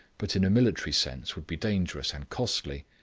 but in a military sense would be dangerous and costly,